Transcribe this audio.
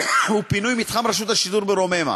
הוא פינוי מתחם רשות השידור ברוממה.